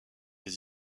des